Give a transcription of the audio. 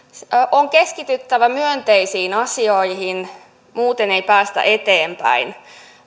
on keskityttävä myönteisiin asioihin muuten ei päästä eteenpäin